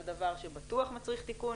זה דבר שבטוח מצריך תיקון,